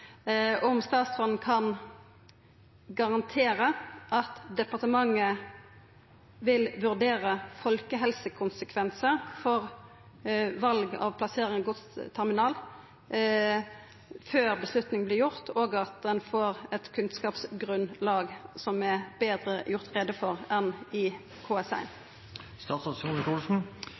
departementet vil vurdera folkehelsekonsekvensar av valet av plasseringa av godsterminal før avgjerda vert tatt, og at ein får eit kunnskapsgrunnlag som er betre gjort greie for enn i